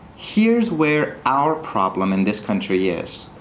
here's where our problem in this country is.